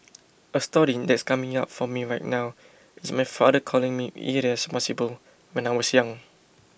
a story that's coming up for me right now is my father calling me irresponsible when I was young